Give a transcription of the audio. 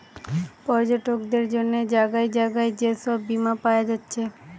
পর্যটকদের জন্যে জাগায় জাগায় যে সব বীমা পায়া যাচ্ছে